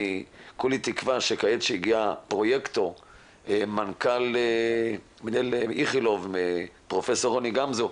כולי תקווה שכעת כשהגיע פרויקטור מנכ"ל איכילוב פרופ' רוני גמזו,